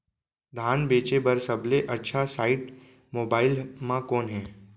धान बेचे बर सबले अच्छा साइट मोबाइल म कोन हे?